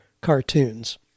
cartoons